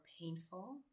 painful